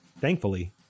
Thankfully